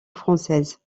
française